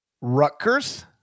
Rutgers